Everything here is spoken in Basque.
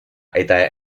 eta